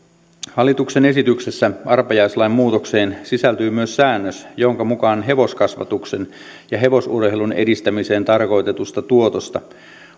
hallituksen esityksessä arpajaislain muutokseen sisältyy myös säännös jonka mukaan hevoskasvatuksen ja hevosurheilun edistämiseen tarkoitetusta tuotosta